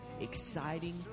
exciting